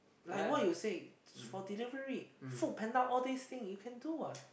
like what you say for delivery Food Panda all these thing you can do what